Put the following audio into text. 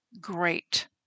great